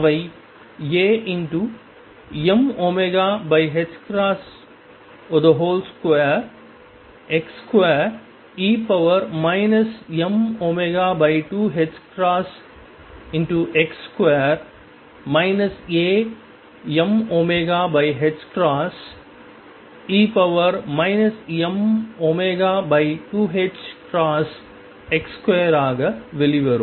அவை Amω2x2e mω2ℏx2 Amωe mω2ℏx2 ஆக வெளிவரும்